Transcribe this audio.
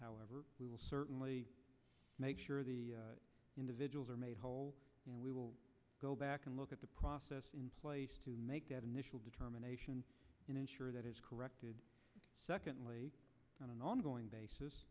however we will certainly make sure the individuals are made whole and we will go back and look at the process to make that initial determination and ensure that is corrected secondly on an ongoing basis